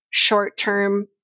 short-term